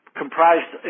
comprised